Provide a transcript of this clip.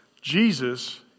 Jesus